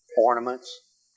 ornaments